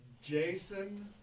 Jason